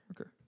okay